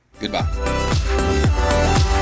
goodbye